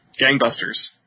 gangbusters